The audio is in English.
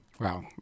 Wow